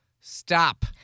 stop